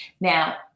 Now